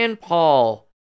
paul